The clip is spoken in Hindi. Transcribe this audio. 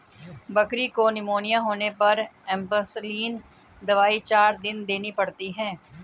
बकरी को निमोनिया होने पर एंपसलीन दवाई चार दिन देनी पड़ती है